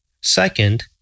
Second